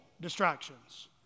distractions